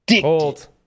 Cold